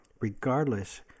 regardless